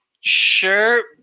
sure